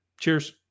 Cheers